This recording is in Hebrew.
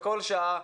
בכל שעה,